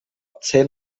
zehn